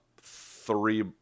three